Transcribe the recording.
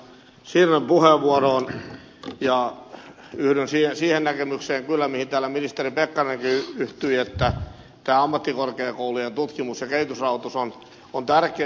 sirnön puheenvuoroon ja yhdyn siihen näkemykseen kyllä mihin täällä ministeri pekkarinenkin yhtyi että tämä ammattikorkeakoulujen tutkimus ja kehitysrahoitus on tärkeä